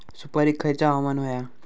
सुपरिक खयचा हवामान होया?